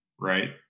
right